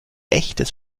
echtes